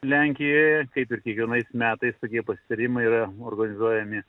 lenkijoje kaip ir kiekvienais metais tokie pasitarimai yra organizuojami